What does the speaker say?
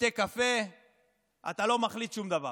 תשתה קפה, אתה לא מחליט שום דבר?